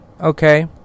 okay